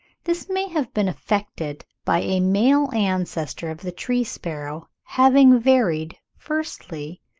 this may have been effected by a male ancestor of the tree-sparrow having varied, firstly,